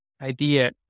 idea